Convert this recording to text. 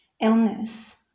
illness